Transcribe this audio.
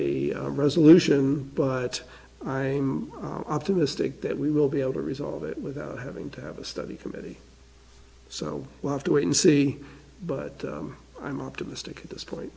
a resolution but i optimistically that we will be able to resolve it without having to have a study committee so we'll have to wait and see but i'm optimistic at this point